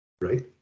right